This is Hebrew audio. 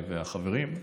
והחברים,